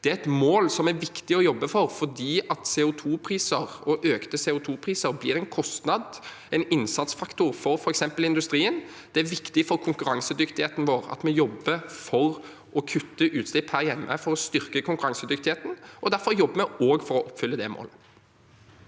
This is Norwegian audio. det er et mål som er viktig å jobbe for fordi økte CO2-priser gir en kostnad, en innsatsfaktor for f.eks. industrien. Det er viktig for å styrke konkurransedyktigheten vår at vi jobber for å kutte utslipp her hjemme, og derfor jobber vi også for å oppfylle det målet.